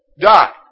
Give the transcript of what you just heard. die